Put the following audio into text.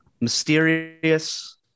mysterious